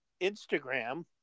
Instagram